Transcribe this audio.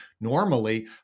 normally